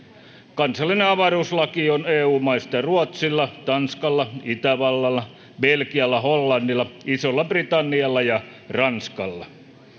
kansallinen avaruuslaki on eu maista ruotsilla tanskalla itävallalla belgialla hollannilla isolla britannialla ja ranskalla